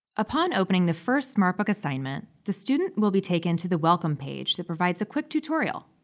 upon opening the first smartbook assignment, the student will be taken to the welcome page that provides a quick tutorial.